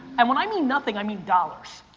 and when i mean nothing i mean dollars.